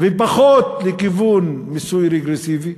ופחות לכיוון מיסוי רגרסיבי,